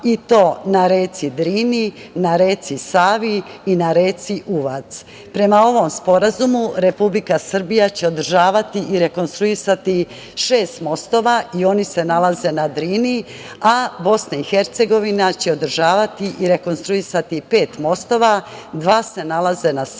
i to na reci Drini, na reci Savi i na reci Uvac. Prema ovom Sporazumu Republika Srbija će održavati i rekonstruisati šest mostova i oni se nalaze na Drini, a Bosna i Hercegovina će održavati i rekonstruisati pet mostova. Dva se nalaze na Savi